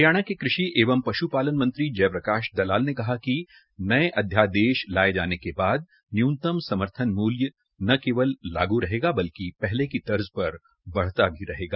हरियाणा के कृषि एवं पश्पालन मंत्री जयप्रकाश दलाल ने कहा कि नए अध्यादेश लाए जाने के बाद न्यूनतम समर्थन मूल्य न केवल लागू रहेगा बल्कि पहले की तर्ज पर बढ़ता भी रहेगा